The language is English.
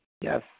Yes